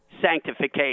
sanctification